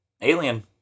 Alien